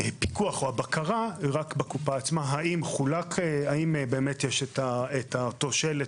הפיקוח או הבקרה רק בקופה עצמה האם יש אותו שלט